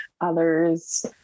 others